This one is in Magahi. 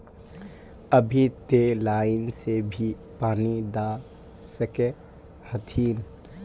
अभी ते लाइन से भी पानी दा सके हथीन?